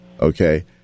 Okay